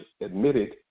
admitted